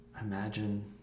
imagine